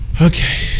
Okay